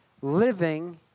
living